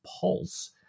pulse